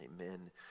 Amen